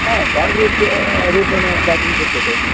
हा card RuPay रूपेण दातुं शक्यते